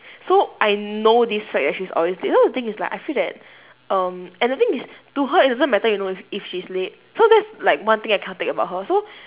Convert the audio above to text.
so I know this side that she's always late you know the thing is like I feel that um and the thing is to her it doesn't matter you know if if she's late so that's like one thing I cannot take about her so